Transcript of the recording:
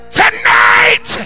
tonight